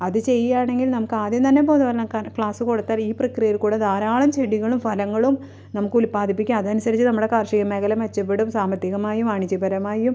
അത് ചെയ്യുകയാണെങ്കിൽ നമുക്കാദ്യം തന്നെ ബോധവൽക്കരണ ക്ല ക്ലാസ് കൊടുത്താൽ ഈ പ്രക്രിയയിൽ കൂടി ധാരാളം ചെടികളും ഫലങ്ങളും നമുക്കുത്പാദിപ്പിക്കാം അതനുസരിച്ച് നമ്മുടെ കാർഷിക മേഖല മെച്ചപ്പെടും സാമ്പത്തികമായും വാണിജ്യപരമായും